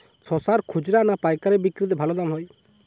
শশার খুচরা না পায়কারী বিক্রি তে দাম ভালো হয়?